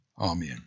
amen